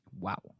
Wow